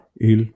il